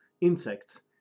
insects